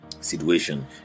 situation